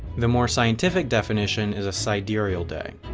the more scientific definition is a sidereal day.